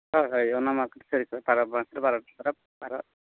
ᱦᱚᱭ ᱦᱚᱭ ᱚᱱᱟᱢᱟ ᱯᱟᱨᱟᱵᱽ